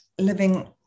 living